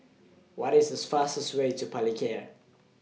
What IS The fastest Way to Palikir